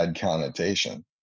connotation